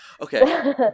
Okay